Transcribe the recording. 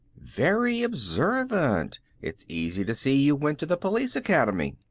very observant it's easy to see you went to the police academy.